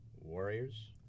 Warriors